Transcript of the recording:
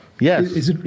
yes